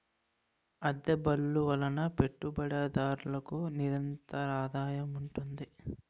అద్దె బళ్ళు వలన పెట్టుబడిదారులకు నిరంతరాదాయం ఉంటుంది